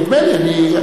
נדמה לי.